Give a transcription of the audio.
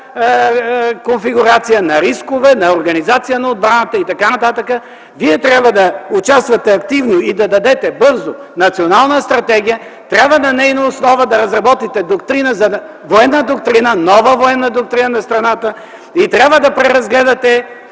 конфигурация – на рискове, на организация на отбраната и т.н. Вие трябва да участвате активно и да дадете бързо Национална стратегия. Трябва на нейна основа да разработите нова Военна доктрина на страната и трябва да преразгледате